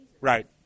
Right